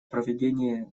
проведении